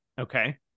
Okay